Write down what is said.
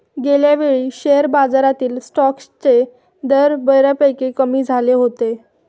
गेल्यावेळी शेअर बाजारातील स्टॉक्सचे दर बऱ्यापैकी कमी झाले होते